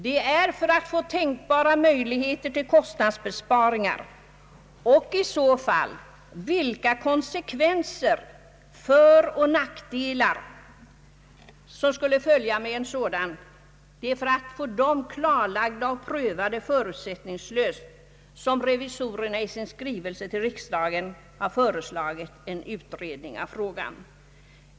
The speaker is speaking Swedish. Det är i avsikt att få tänkbara möjligheter till kostnadsbesparingar, deras olika konsekvenser, föroch nackdelar förutsättningslöst klarlagda och prövade som revisorerna i sin skrivelse till riksdagen har föreslagit en utredning av frågan.